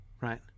right